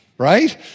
right